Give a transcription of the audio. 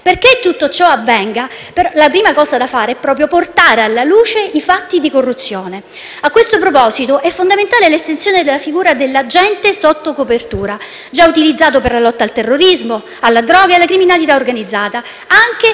affinché tutto ciò avvenga è portare alla luce i fatti di corruzione. A questo proposito è fondamentale l'estensione della figura dell'agente sotto copertura, già utilizzato per la lotta al terrorismo, alla droga e alla criminalità organizzata,